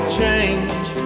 change